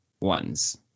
ones